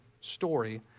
story